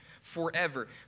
forever